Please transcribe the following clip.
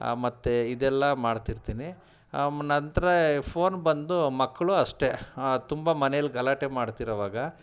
ಮತ್ತೆ ಇದೆಲ್ಲ ಮಾಡ್ತಿರ್ತೀನಿ ನಂತರ ಫೋನ್ ಬಂದು ಮಕ್ಕಳೂ ಅಷ್ಟೆ ತುಂಬ ಮನೇಲಿ ಗಲಾಟೆ ಮಾಡ್ತಿರೊವಾಗ